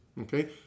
okay